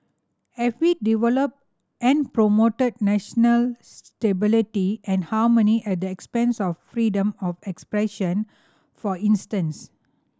have we developed and promoted national stability and harmony at the expense of freedom of expression for instance